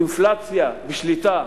אינפלציה בשליטה,